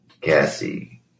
Cassie